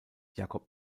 jacob